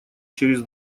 через